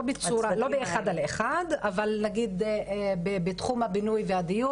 לא אחד על אחד אבל נגיד בתחום הבינוי והדיור